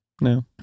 No